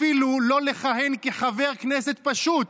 אפילו לא לכהן כחבר כנסת פשוט.